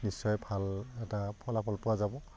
নিশ্চয় ভাল এটা ফলাফল পোৱা যাব